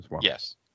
Yes